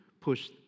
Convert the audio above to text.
push